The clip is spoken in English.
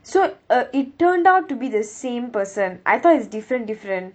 so uh it turned out to be the same person I thought is different different